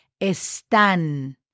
están